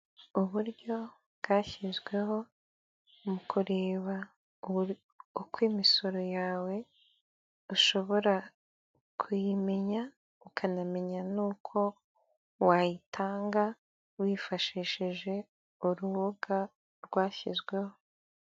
Uburyo bwashyizweho mu kureba uko imisoro yawe ushobora kuyimenya ukanamenya n'uko wayitanga wifashishije urubuga rwashyizweho.